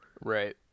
Right